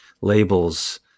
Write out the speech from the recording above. Labels